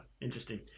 Interesting